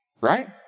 Right